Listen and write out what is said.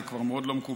זה כבר מאוד לא מקובל.